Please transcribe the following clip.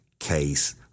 case